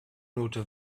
note